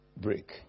break